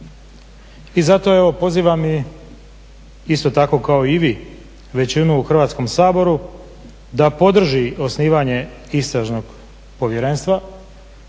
I zato evo pozivam i isto tako kao i vi većinu u Hrvatskom saboru da podrži osnivanje Istražnog povjerenstva